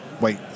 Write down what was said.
Wait